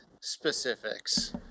specifics